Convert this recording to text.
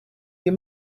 your